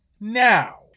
now